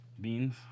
Beans